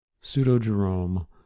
Pseudo-Jerome